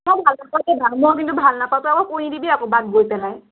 ভাল নাপাওঁ তই আক' কৈ নিদিবি আক' বাক গৈ পেলাই